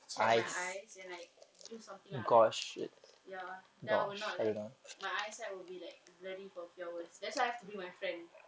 check my eyes and like do something lah like ya then I will not like my eyesight will be like blurry for few hours that's why I have to be with my friend